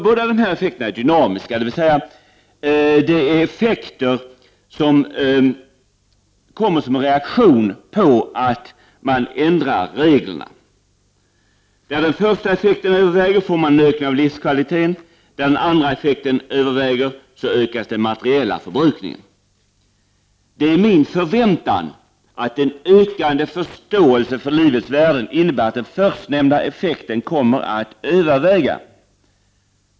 Båda dessa effekter är dynamiska, dvs. de kommer som en reaktion på att man ändrar reglerna. Där den första effekten överväger får man en ökning av livskvaliteten, där den andra effekten överväger ökas den materiella förbrukningen. Det är min förväntan att en ökande förståelse för livets värden innebär att den första effekten kommer att överväga.